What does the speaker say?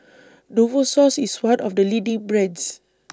Novosource IS one of The leading brands